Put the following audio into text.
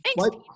Thanks